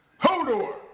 Hodor